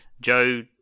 Joe